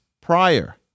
prior